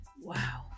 Wow